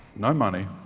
no money,